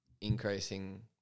increasing